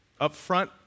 upfront